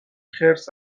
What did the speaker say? خرس